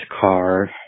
car